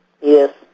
Yes